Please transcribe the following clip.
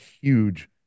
huge